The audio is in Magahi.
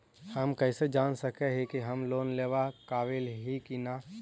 हम कईसे जान सक ही की हम लोन लेवेला काबिल ही की ना?